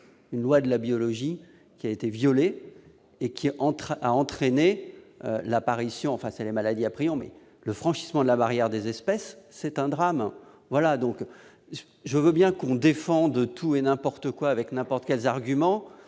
Une loi de la biologie a été violée, ce qui a entraîné l'apparition de maladies à prions. Le franchissement de la barrière des espèces, c'est un drame. Je veux bien que l'on défende tout et n'importe quoi avec n'importe quels arguments,